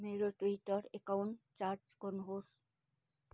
मेरो Twitter account जाँच गर्नुहोस्